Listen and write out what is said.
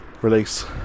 release